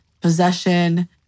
possession